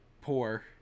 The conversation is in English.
poor